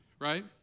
right